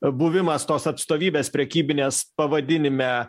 buvimas tos atstovybės prekybinės pavadinime